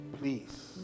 please